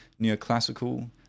neoclassical